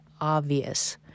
obvious